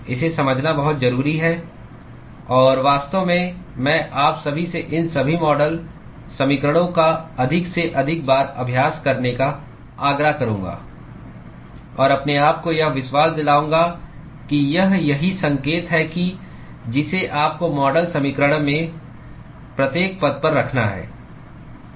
इसे समझना बहुत जरूरी है और वास्तव में मैं आप सभी से इन सभी मॉडल समीकरणों का अधिक से अधिक बार अभ्यास करने का आग्रह करूंगा और अपने आप को यह विश्वास दिलाऊंगा कि यह सही संकेत है जिसे आपको मॉडल समीकरण में प्रत्येक पद पर रखना है